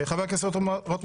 חבר הכנסת רוטמן,